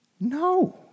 No